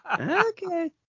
Okay